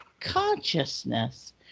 consciousness